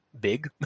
big